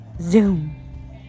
Zoom